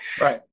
Right